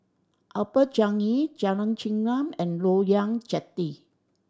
Upper Changi Jalan Chengam and Loyang Jetty